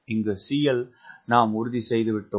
இங்கு CL நாம் உறுதி செய்துவிட்டோம்